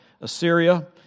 Assyria